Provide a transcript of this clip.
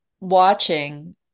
watching